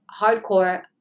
hardcore